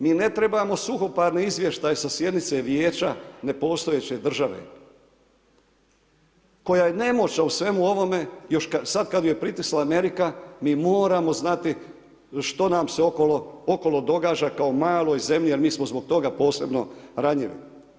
Mi ne trebamo suhoparne izvještaje sa sjednice vijeća nepostojeće države, koja je nemoćna u svemu ovome, još sada kada je pritisla Amerika, mi moramo znati što nam se okolo događa, kao maloj zemlji, jer mi smo zbog toga posebno ranjivi.